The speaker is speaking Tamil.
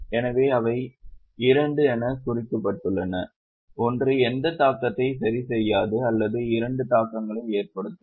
எனவே அவை 2 என குறிக்கப்பட்டுள்ளன ஒன்று எந்த தாக்கத்தையும் சரிசெய்யாது அல்லது இரண்டு தாக்கங்களை ஏற்படுத்தும்